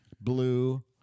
blue